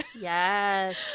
yes